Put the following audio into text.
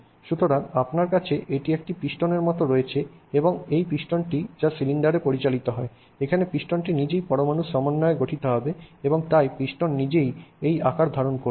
সুতরাং আপনার কাছে এটি একটি পিস্টনের মতো রয়েছে এবং এই পিস্টনটি যা সিলিন্ডারে পরিচালিত হয় এখানে পিস্টনটি নিজেই পরমাণুর সমন্বয়ে গঠিত হবে এবং তাই পিস্টন নিজেই এই ধরণের আকার ধারণ করবে